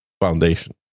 foundation